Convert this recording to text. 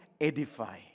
edify